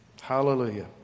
Hallelujah